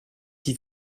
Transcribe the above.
qui